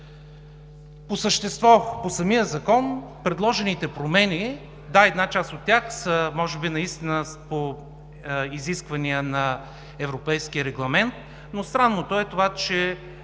По същество по самия Закон. Предложените промени – да, една част от тях са може би наистина по изисквания на Европейския регламент, но странното е това, че